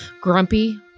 Grumpy